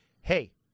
hey